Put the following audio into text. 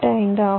85 ஆகும்